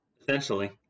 essentially